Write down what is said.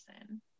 person